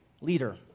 leader